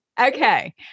okay